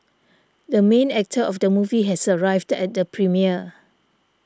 the main actor of the movie has arrived at the premiere